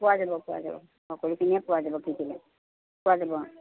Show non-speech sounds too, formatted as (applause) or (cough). পোৱা যাব পোৱা যাব সকলোখিনিয়ে পোৱা যাব (unintelligible) পোৱা যাব